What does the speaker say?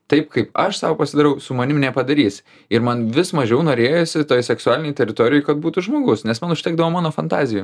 taip kaip aš sau pasidarau su manim nepadarys ir man vis mažiau norėjosi toj seksualinėj teritorijoj kad būtų žmogus nes man užtekdavo mano fantazijų